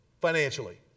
financially